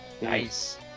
Nice